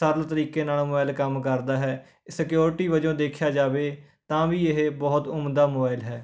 ਸਰਲ ਤਰੀਕੇ ਨਾਲ ਮੋਬਾਇਲ ਕੰਮ ਕਰਦਾ ਹੈ ਸਕਿਓਰਟੀ ਵਜੋਂ ਦੇਖਿਆ ਜਾਵੇ ਤਾਂ ਵੀ ਇਹ ਬਹੁਤ ਉਮਦਾ ਮੋਬਾਇਲ ਹੈ